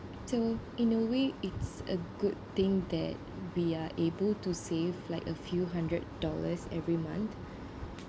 so in a way it's a good thing that we are able to save like a few hundred dollars every month